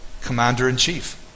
commander-in-chief